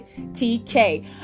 TK